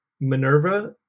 Minerva